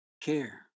care